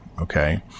okay